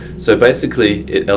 so basically, it,